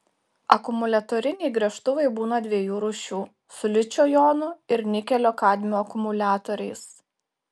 akumuliatoriniai gręžtuvai būna dviejų rūšių su ličio jonų ir nikelio kadmio akumuliatoriais